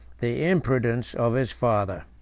the imprudence of his father.